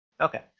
okay